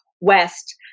west